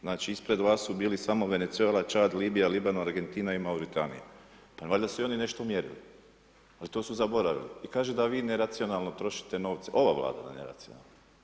Znači, ispred vas su bili samo Venezuela, Čad, Libija, Libanon, Argentina i Mauretanija, pa valjda su i oni nešto mjerili, ali to su zaboravili i kaže da vi neracionalno trošite novce, ova Vlada da nije racionalna.